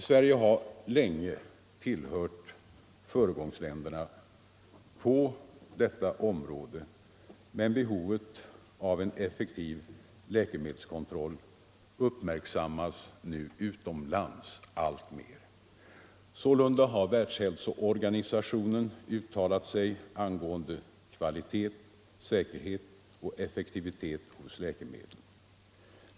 Sverige har länge tillhört föregångsländerna i fråga om läkemedelslagstiftningen, men behovet av en effektiv läkemedelskontroll uppmärksammas nu alltmer utomlands. Sålunda har Världshälsoorganisationen uttalat sig angående kvalitet, säkerhet och effektivitet hos läkemedel.